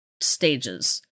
stages